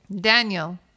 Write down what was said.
daniel